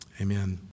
Amen